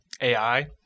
AI